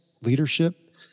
leadership